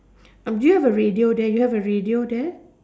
um do you have a radio there you have a radio there